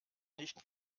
nicht